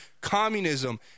communism